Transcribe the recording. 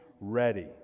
ready